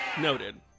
Noted